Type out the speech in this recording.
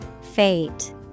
Fate